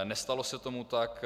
Nestalo se tomu tak.